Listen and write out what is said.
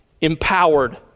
empowered